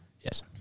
Yes